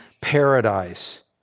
paradise